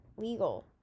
legal